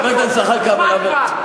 חבר הכנסת זחאלקה,